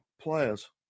players